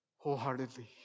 wholeheartedly